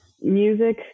music